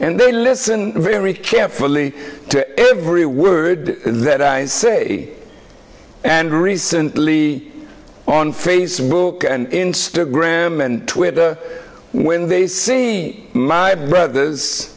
and they listen very carefully to every word that i say and recently on facebook and instagram and twitter when they see my brothers